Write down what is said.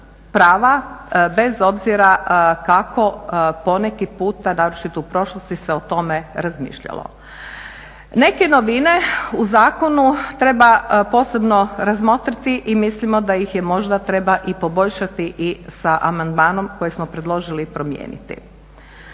bez obzira kako poneki puta naročito u prošlosti se o tome razmišljalo. Neke novine u zakonu treba posebno razmotriti i mislimo da ih možda treba i poboljšati i sa amandmanom koji smo predložili i promijeniti.